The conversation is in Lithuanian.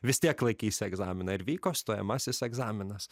vis tiek laikys egzaminą ir vyko stojamasis egzaminas